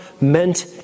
meant